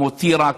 כמו טירה,